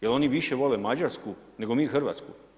Jel' oni više vole Mađarsku nego mi Hrvatsku?